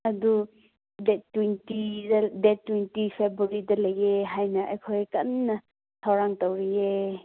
ꯑꯗꯨ ꯗꯦꯠ ꯇ꯭ꯋꯦꯟꯇꯤꯗ date twenty ꯐꯦꯕ꯭ꯋꯥꯔꯤꯗ ꯂꯩꯌꯦ ꯍꯥꯏꯅ ꯑꯩꯈꯣꯏ ꯀꯟꯅ ꯊꯧꯔꯥꯡ ꯇꯧꯔꯤꯌꯦ